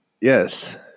Yes